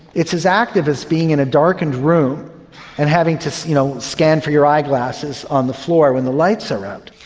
it's as active as being in a darkened room and having to you know scan for your eye glasses on the floor when the lights are out.